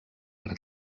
per